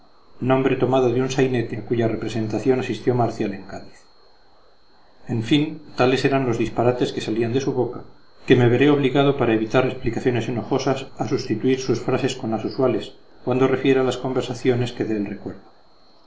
corneta nombre tomado de un sainete a cuya representación asistió marcial en cádiz en fin tales eran los disparates que salían de su boca que me veré obligado para evitar explicaciones enojosas a sustituir sus frases con las usuales cuando refiera las conversaciones que de él recuerdo